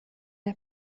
der